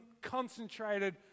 concentrated